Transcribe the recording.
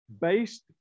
based